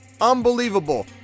Unbelievable